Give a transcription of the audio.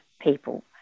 people